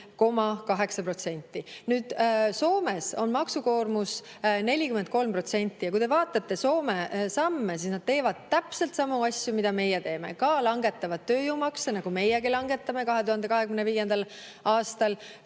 Soomes on maksukoormus 43% ja kui te vaatate Soome samme, siis nad teevad täpselt samu asju, mida meie teeme, ka langetavad tööjõumakse, nagu meiegi langetame 2025. aastal